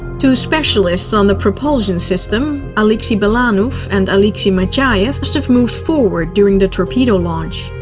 two specialists on the propulsion system alexei balanov and alexei mityaev must have moved forward during the torpedo launch.